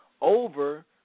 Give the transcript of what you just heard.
over